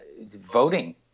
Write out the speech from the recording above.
voting